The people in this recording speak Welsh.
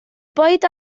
bwyd